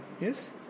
Yes